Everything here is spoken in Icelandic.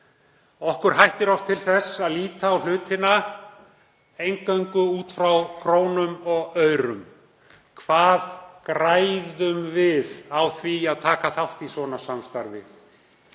Okkur hættir oft til þess að líta á hlutina eingöngu út frá krónum og aurum. Hvað græðum við á því að taka þátt í svona samstarfi?